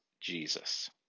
Jesus